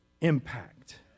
impact